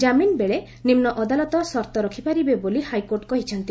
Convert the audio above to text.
ଜାମିନ ବେଳେ ନିମ୍ନ ଅଦାଲତ ସର୍ଉ ରଖିପାରିବେ ବୋଲି ହାଇକୋର୍ଟ କହିଛି